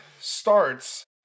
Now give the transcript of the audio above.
starts